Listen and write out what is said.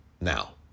now